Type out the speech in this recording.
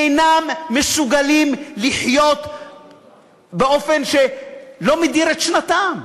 אינם מסוגלים לחיות באופן שלא מדיר את שנתם.